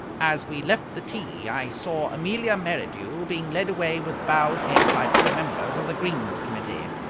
as we left the tee i saw amelia merridew being led away with bowed head by two members of the greens committee.